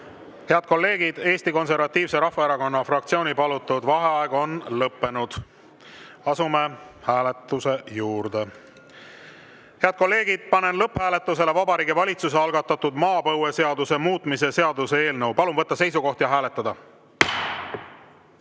Head kolleegid! Eesti Konservatiivse Rahvaerakonna fraktsiooni palutud vaheaeg on lõppenud. Asume hääletuse juurde. Head kolleegid, panen lõpphääletusele Vabariigi Valitsuse algatatud maapõueseaduse muutmise seaduse eelnõu. Palun võtta seisukoht ja hääletada!